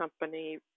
company